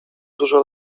dużo